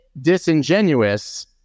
disingenuous